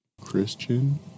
Christian